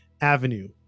Avenue